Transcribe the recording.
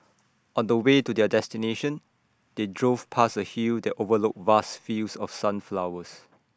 on the way to their destination they drove past A hill that overlooked vast fields of sunflowers